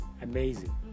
amazing